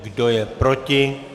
Kdo je proti?